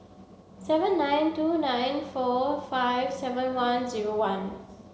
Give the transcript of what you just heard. seven nine two nine four five seven one zero one